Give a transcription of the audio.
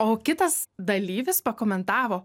o kitas dalyvis pakomentavo